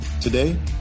Today